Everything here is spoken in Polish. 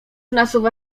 nasuwa